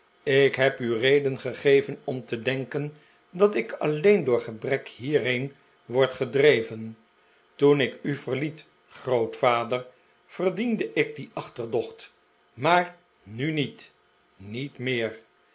ik heb u reden gegeven om te denken dat ik alleen door gebrek hierheen word gedreven toen ik u verliet grootvader verdiende ik die achterdocht maar nu niet niet meer